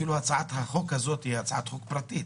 אפילו הצעת החוק הזאת היא פרטית.